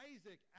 Isaac